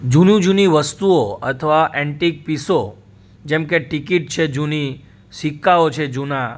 જૂની જૂની વસ્તુઓ અથવા એન્ટિક પીસો જેમ કે ટિકિટ છે જૂની સિક્કાઓ છે જૂના